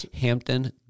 Hampton